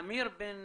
אמיר בן